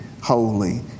holy